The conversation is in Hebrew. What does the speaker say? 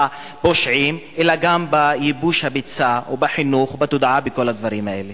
הפושעים אלא גם בייבוש הביצה או בחינוך או בתודעה ובכל הדברים האלה.